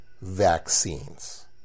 vaccines